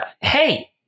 Hey